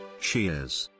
Cheers